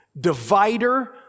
divider